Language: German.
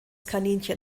kaninchen